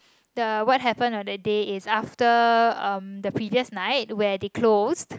the what happened on that day is after um the previous night where they closed